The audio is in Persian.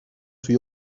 توی